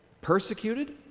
persecuted